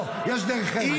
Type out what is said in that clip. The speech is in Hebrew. לא, יש דרך ארץ.